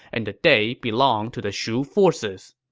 and the day belonged to the shu forces.